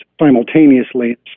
simultaneously